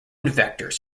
vectors